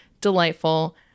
Delightful